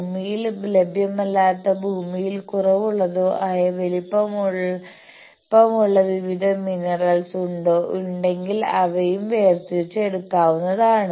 ഭൂമിയിൽ ലഭ്യമല്ലാത്തതോ ഭൂമിയിൽ കുറവുള്ളതോ ആയ വിലപിടിപ്പുള്ള വിവിധ മിനറൽസ് ഉണ്ടോ ഉണ്ടെങ്കിൽ അവയും വേർതിരിച്ച് എടുക്കാവുന്നതാണ്